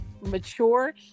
mature